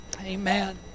Amen